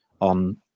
on